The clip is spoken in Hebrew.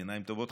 בעיניים טובות,